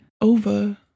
over